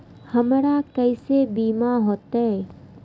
हमरा केसे बीमा होते?